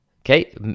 okay